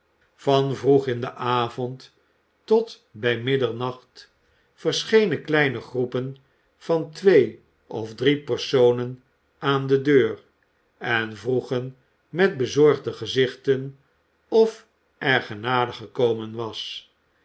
van vroeg in den avond tot bij middernacht verschenen kleine groepen van twee of drie personen aan de deur en vroegen met bezorgde gezichten of er genade gekomen was